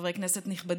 חברי כנסת נכבדים,